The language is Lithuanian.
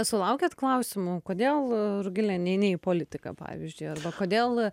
sulaukiat klausimų kodėl rugilė neini į politiką pavyzdžiui arba kodėl